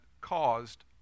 caused